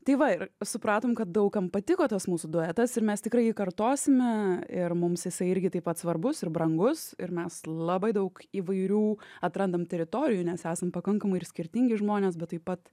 tai va ir supratom kad daug kam patiko tas mūsų duetas ir mes tikrai jį kartosime ir mums jisai irgi taip pat svarbus ir brangus ir mes labai daug įvairių atrandam teritorijų nes esam pakankamai ir skirtingi žmonės bet taip pat